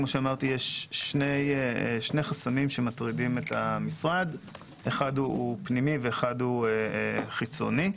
כאור יש שני חסמים שמטרידים את המשרד - אחד הוא פנימי ואחד חיצוני.